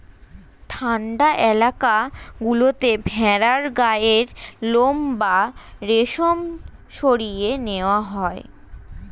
ঠান্ডা এলাকা গুলোতে ভেড়ার গায়ের লোম বা রেশম সরিয়ে নেওয়া হয়